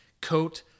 coat